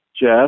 Jeff